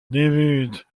débute